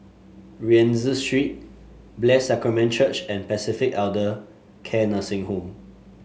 Rienzi Street Blessed Sacrament Church and Pacific Elder Care Nursing Home